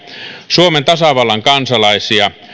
suomen tasavallan kansalaisia